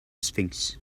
sphinx